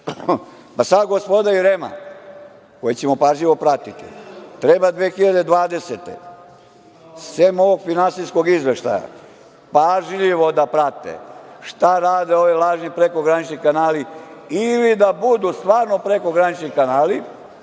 Sad gospoda iz REM-a, koje ćemo pažljivo pratiti, treba 2020. godine, sem ovog finansijskog izveštaja, pažljivo da prate šta rade ovi lažni prekogranični kanali ili da budu stvarno prekogranični kanali,